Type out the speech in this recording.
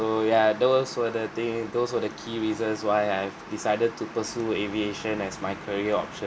ya those were the thing those were the key reasons why I've decided to pursue aviation as my career option